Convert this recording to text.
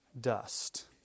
dust